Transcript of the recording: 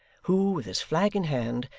who, with his flag in hand,